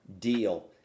deal